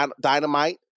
Dynamite